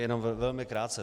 Jenom velmi krátce.